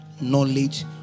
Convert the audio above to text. Knowledge